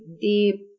deep